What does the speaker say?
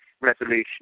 resolution